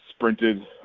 sprinted